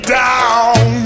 down